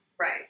Right